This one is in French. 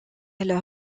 alors